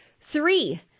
three